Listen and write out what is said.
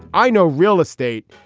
i know real estate.